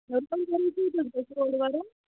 وَرٲے